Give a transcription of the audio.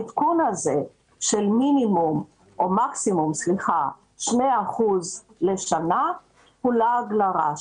העדכון הזה של מקסימום 2% לשנה הוא לעג לרש,